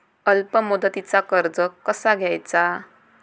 अल्प मुदतीचा कर्ज कसा घ्यायचा?